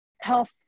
Health